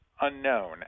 unknown